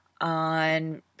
on